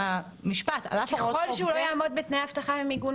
מן הסתם ככל שהוא לא יעמדו בתנאי האבטחה והמיגון,